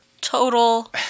Total